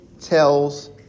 tells